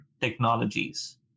technologies